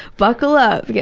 buckle up!